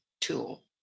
tool